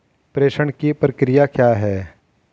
प्रेषण की प्रक्रिया क्या है?